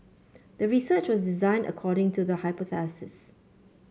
the research was designed according to the hypothesis